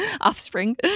offspring